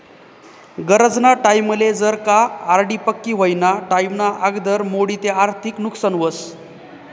गरजना टाईमले जर का आर.डी पक्की व्हवाना टाईमना आगदर मोडी ते आर्थिक नुकसान व्हस